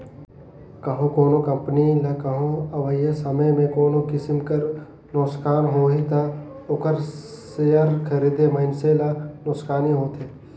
कहों कोनो कंपनी ल कहों अवइया समे में कोनो किसिम कर नोसकान होही ता ओकर सेयर खरीदे मइनसे ल नोसकानी होथे